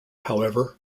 however